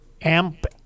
Amp